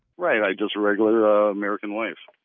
right? right. just a regular american life,